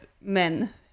men